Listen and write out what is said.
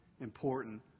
important